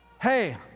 hey